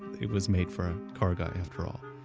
it was made for a car guy, after all.